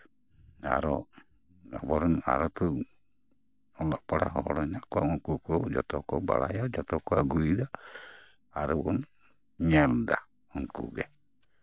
ᱟᱨᱚ ᱟᱵᱚᱨᱮᱱ ᱟᱨᱚ ᱛᱚ ᱚᱞᱚᱜ ᱯᱟᱲᱦᱟᱜ ᱦᱚᱲ ᱦᱮᱱᱟᱜ ᱠᱚᱣᱟ ᱩᱱᱠᱩ ᱠᱚ ᱡᱚᱛᱚ ᱠᱚ ᱵᱟᱲᱟᱭᱟ ᱡᱚᱛᱚ ᱠᱚ ᱟᱜᱩᱭᱮᱫᱟ ᱟᱨ ᱟᱵᱚ ᱵᱚᱱ ᱧᱟᱢᱫᱟ ᱩᱱᱠᱩ ᱜᱮ